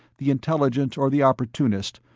the intelligent or the opportunist,